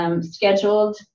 Scheduled